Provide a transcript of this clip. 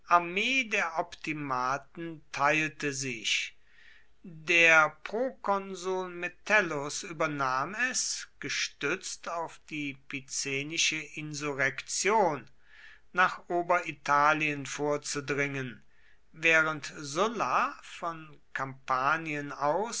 armee der optimaten teilte sich der prokonsul metellus übernahm es gestützt auf die picenische insurrektion nach oberitalien vorzudringen während sulla von kampanien